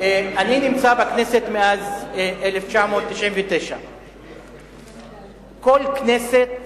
אני נמצא בכנסת מאז 1999. כל כנסת